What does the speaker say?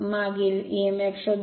मागील emf शोधा